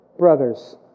brothers